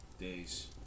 days